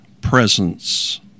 presence